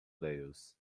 nails